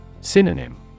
Synonym